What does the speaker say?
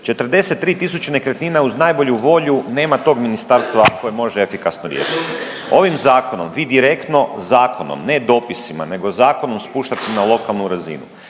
43 tisuće nekretnina uz najbolju volju, nema tog ministarstva koje može efikasno riješit. Ovim zakonom vi direktno, zakonom ne dopisima nego zakonom spuštate na lokalnu razinu.